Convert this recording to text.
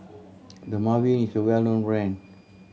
Dermaveen is a well known brand